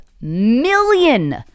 million